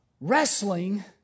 wrestling